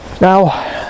Now